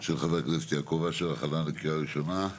של חבר הכנסת יעקב אשר, הכנה לקריאה ראשונה.